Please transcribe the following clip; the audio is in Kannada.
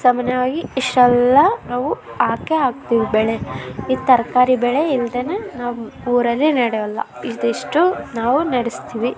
ಸಾಮಾನ್ಯವಾಗಿ ಇಷ್ಟೆಲ್ಲ ನಾವು ಹಾಕೇ ಹಾಕ್ತೀವಿ ಬೆಳೆ ಈ ತರಕಾರಿ ಬೆಳೆ ಇಲ್ಲದೇನೇ ನಮ್ಮ ಊರಲ್ಲಿ ನಡೆಯೋಲ್ಲ ಇದಿಷ್ಟು ನಾವು ನಡೆಸ್ತೀವಿ